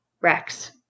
Rex